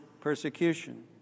persecution